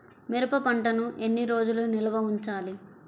మిరప పంటను ఎన్ని రోజులు నిల్వ ఉంచాలి?